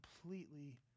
completely